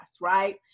right